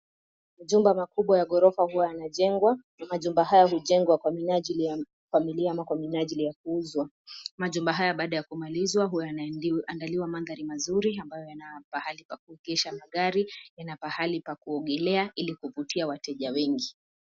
Majumba makubwa ya gorofa huwa yanajengwa na majumba haya ujengwa kwa minajili ya familia ama kwa minajili ya kuuzwa. Majumba haya baada ya kumalizwa huwa yanaandaliwa madhari mazuri ambayo yana pahali pa kuegesha magari, yana pahali pa kuogelea ili kuvutia wateja wengi.